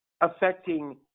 affecting